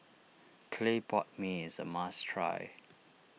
Clay Pot Mee is a must try